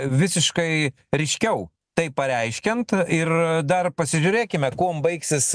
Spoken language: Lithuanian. visiškai ryškiau tai pareiškiant ir dar pasižiūrėkime kuom baigsis